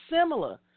similar